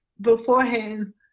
beforehand